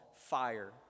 fire